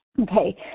okay